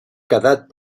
quedat